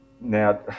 Now